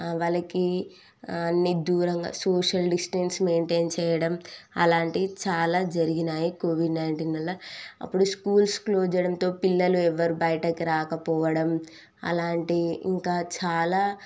వాళ్ళకి అన్నీ దూరంగా సోషల్ డిస్టెన్స్ మైంటైన్ చేయడం అలాంటి చాలా జరిగినాయి కోవిడ్ నైంటీన్ వల్ల అప్పుడు స్కూల్స్ క్లోజ్ చేయడంతో పిల్లలు ఎవరు బయటకు రాకపోవడం అలాంటివి ఇంకా చాలా